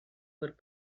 were